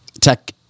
tech